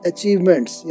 Achievements